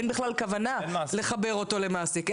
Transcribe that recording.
אין בכלל כוונה לחבר אותו למעסיק.